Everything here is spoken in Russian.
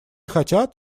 хотят